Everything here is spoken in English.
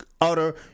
utter